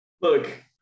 Look